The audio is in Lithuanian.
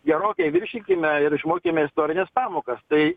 gerokai viršykime ir išmokėme istorines pamokas tai